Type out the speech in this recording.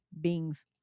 beings